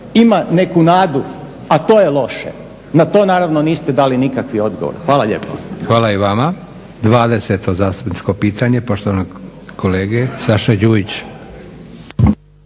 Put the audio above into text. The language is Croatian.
ima neku nadu, a to je loše. Na to, naravno, niste dali nikakvi odgovor. Hvala lijepo. **Leko, Josip (SDP)** Hvala i vama. 20. zastupničko pitanje poštovanog kolege Saše Đujića.